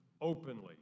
openly